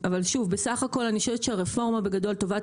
בסך הכול אני חושבת שהרפורמה בגדול טובה.